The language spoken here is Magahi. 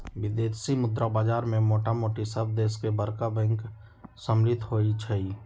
विदेशी मुद्रा बाजार में मोटामोटी सभ देश के बरका बैंक सम्मिल होइ छइ